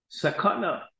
sakana